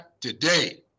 today